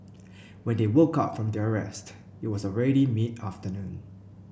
when they woke up from their rest it was ready mid afternoon